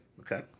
Okay